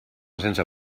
sense